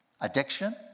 addiction